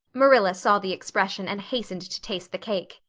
marilla saw the expression and hastened to taste the cake.